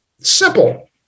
Simple